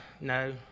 No